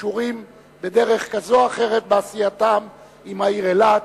הקשורים בדרך כזאת או אחרת בעשייתם עם העיר אילת.